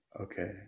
Okay